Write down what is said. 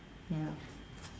ya